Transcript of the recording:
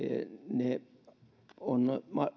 ne on